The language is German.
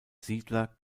siedler